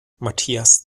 matthias